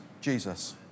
Jesus